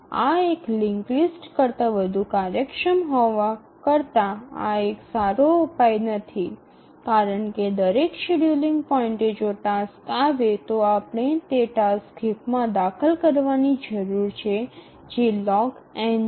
આ એક link list કરતાં વધુ કાર્યક્ષમ હોવા કરતાં આ એક સારો ઉપાય નથી કારણ કે દરેક શેડ્યૂલિંગ પોઇન્ટએ જો ટાસ્ક આવે તો આપણે તે ટાસ્ક હીપમાં દાખલ કરવાની જરૂર છે જે log n છે